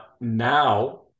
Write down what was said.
Now